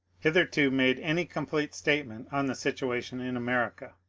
hitherto made any complete statement on the situation in america.